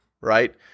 right